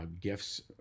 gifts